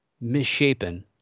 misshapen